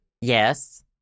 Yes